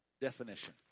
definition